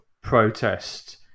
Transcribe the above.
protest